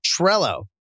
Trello